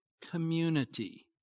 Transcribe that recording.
community